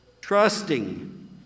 trusting